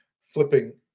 flipping